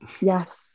Yes